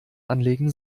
anlegen